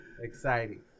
exciting